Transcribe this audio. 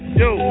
yo